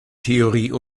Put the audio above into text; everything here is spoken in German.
theorie